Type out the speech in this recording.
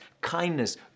kindness